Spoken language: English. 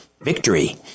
Victory